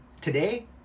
today